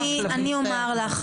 אני אומר לך,